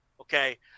Okay